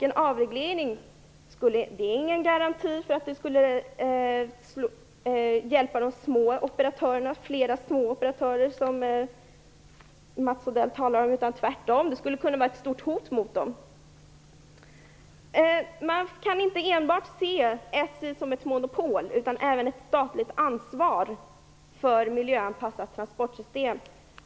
En avreglering är ingen garanti för att hjälpa de små operatörerna, som Mats Odell säger. Tvärtom! En avreglering skulle kunna vara ett stort hot mot dem. Man kan inte se SJ enbart som ett monopol, utan SJ har också ett statligt ansvar för ett miljöanpassat transportsystem.